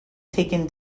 taken